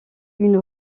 une